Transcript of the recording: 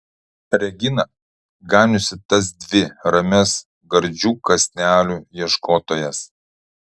regina ganiusi tas dvi ramias gardžių kąsnelių ieškotojas